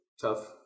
tough